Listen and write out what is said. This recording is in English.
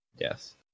Yes